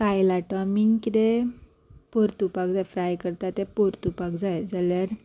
कायलातो आमी कितें परतुपाक जाय फ्राय करता ते परतुपाक जाय जाल्यार